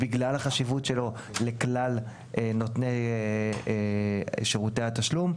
בגלל החשיבות שלו לכלל נותני שירותי התשלום,